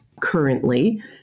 currently